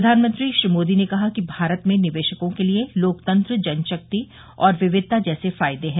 प्रधानमंत्री श्री मोदी ने कहा कि भारत में निवेशकों के लिए लोकतंत्र जनशक्ति और विविधता जैसे फायदे हैं